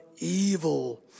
evil